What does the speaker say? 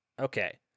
Okay